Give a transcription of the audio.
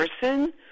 person